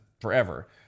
forever